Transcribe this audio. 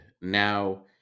Now